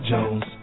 Jones